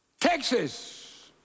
Texas